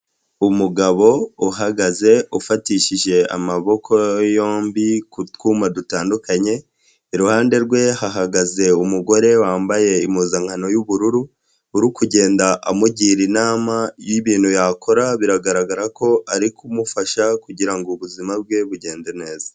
Umugabo uhagaze ufatishije amaboko yombi ku twuma dutandukanye, iruhande rwe hahagaze umugore wambaye impuzankano yubururu uri kugenda amugira inama y'ibintu yakora, biragaragara ko ari kumufasha kugira ngo ubuzima bwe bugende neza.